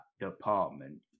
department